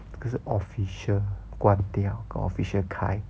这个是 official 关掉跟 offical 开